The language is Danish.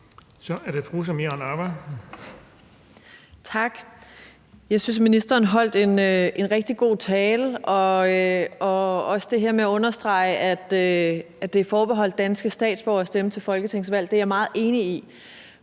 18:28 Samira Nawa (RV): Jo tak. Jeg synes, at ministeren holdt en rigtig god tale, også ved at understrege det her med, at det er forbeholdt danske statsborgere at stemme til folketingsvalg. Det er jeg meget enig i.